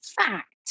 fact